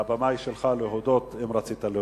אם כך,